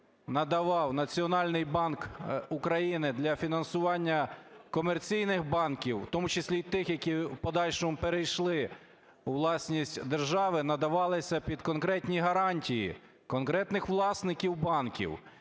надавав Національний банк України для фінансування комерційних банків, у тому числі і тих, які в подальшому перейшли у власність держави, надавалися під конкретні гарантії конкретних власників банків.